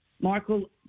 Michael